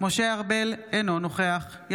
אינו נוכח משה ארבל,